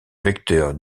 vecteur